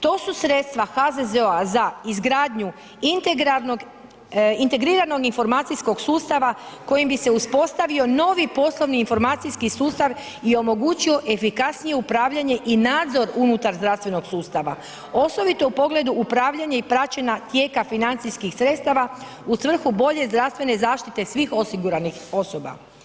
To su sredstva HZZO-a za izgradnju integriranog informacijskog sustava kojim bi se uspostavio novi poslovni informacijski sustav i omogućio efikasnije upravljanje i nadzor unutar zdravstvenog sustava osobito u pogledu upravljanja i praćenja tijeka financijskih sredstava u svrhu bolje zdravstvene zaštite svih osiguranih osoba.